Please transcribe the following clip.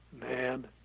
man